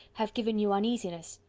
have given you uneasiness.